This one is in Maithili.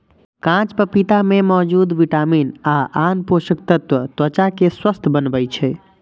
कांच पपीता मे मौजूद विटामिन आ आन पोषक तत्व त्वचा कें स्वस्थ बनबै छै